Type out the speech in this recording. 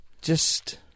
Just-